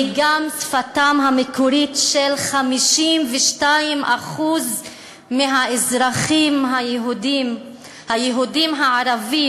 היא גם שפתם המקורית של 52% מהאזרחים היהודים הערבים,